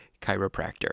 chiropractor